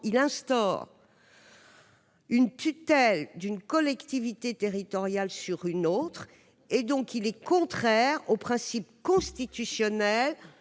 d'instaurer une tutelle d'une collectivité territoriale sur une autre, ce qui est contraire à un principe constitutionnel.